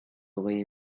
auraient